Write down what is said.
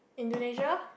Indonesia